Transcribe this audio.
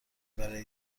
برای